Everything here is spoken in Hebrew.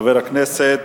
חבר הכנסת